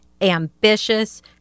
ambitious